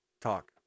talk